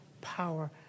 power